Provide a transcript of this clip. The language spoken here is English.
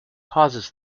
causes